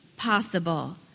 Possible